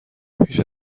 پیش